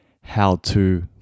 how-to